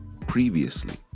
previously